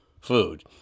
food